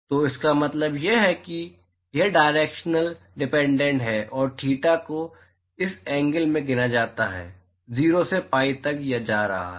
तो इसका मतलब यह है कि यह डायरेक्शनल डिपेन्डेंस है और थीटा को इस एंगल से गिना जाता है 0 से पाई तक जा रहा है